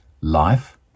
life